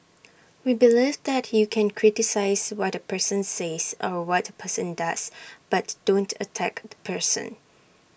we believe that you can criticise what A person says or what person does but don't attack the person